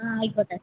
ആ ആയിക്കോട്ടെ